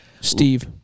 Steve